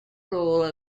role